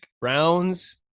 Browns